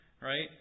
right